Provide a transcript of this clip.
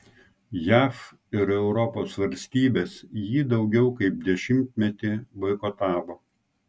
jav ir europos valstybės jį daugiau kaip dešimtmetį boikotavo